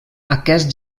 aquest